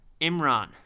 Imran